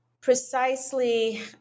precisely